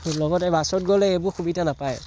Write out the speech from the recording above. লগতে বাছত গ'লে এইবোৰ সুবিধা নাপায়